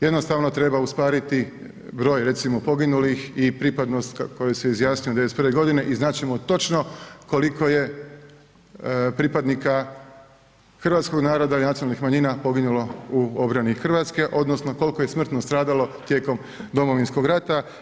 Jednostavno treba uskladiti broj recimo poginulih i pripadnost za koju se izjasnio 91. godine i znat ćemo točno koliko je pripadnika hrvatskog naroda i nacionalnih manjina poginulo u obrani Hrvatske odnosno koliko je smrtno stradalo tijekom Domovinskog rata.